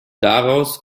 daraus